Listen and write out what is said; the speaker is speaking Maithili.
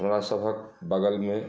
हमरा सभक बगलमे